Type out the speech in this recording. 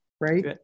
right